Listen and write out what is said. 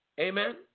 amen